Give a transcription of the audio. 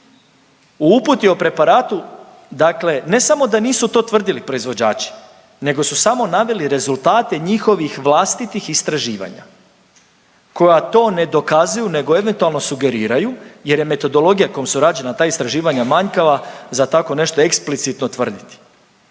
U uputi o preparati, dakle, ne samo da nisu to tvrdili proizvođači, nego su samo naveli rezultate njihovih vlastitih istraživanja koja to ne dokazuju nego eventualno sugeriraju jer je metodologija kojom su rađena ta istraživanja manjkava za tako nešto eksplicitno tvrditi.